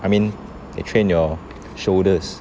I mean it train your shoulders